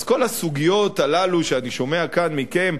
אז כל הסוגיות הללו שאני שומע כאן מכם: